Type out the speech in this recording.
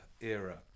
era